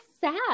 sad